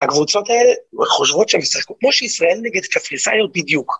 ‫הקבוצות האלה חושבות שהן משחקות ‫כמו שישראל נגד קפריסאיות בדיוק.